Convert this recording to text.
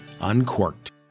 Uncorked